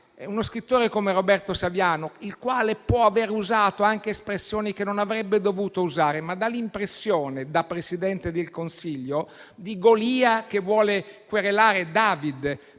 uno scrittore come Roberto Saviano, il quale può aver usato anche espressioni che non avrebbe dovuto usare, dà l'impressione, da Presidente del Consiglio, di Golia che vuole querelare David.